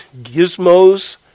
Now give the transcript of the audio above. gizmos